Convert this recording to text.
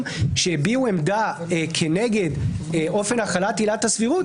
שהביעו עמדה נגד אופן החלת עילת הסבירות.